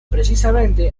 precisamente